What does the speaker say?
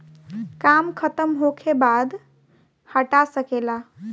काम खतम होखे बाद हटा सके ला